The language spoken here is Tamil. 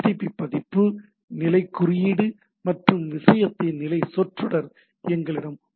பதிப்பு நிலைக் குறியீடு மற்றும் விஷயத்தின் நிலை சொற்றொடர் எங்களிடம் உள்ளன